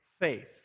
faith